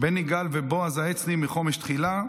בני גל ובועז העצני מחומש תחילה,